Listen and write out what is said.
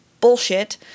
bullshit